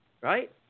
right